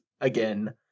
again